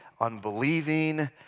unbelieving